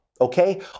Okay